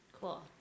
Cool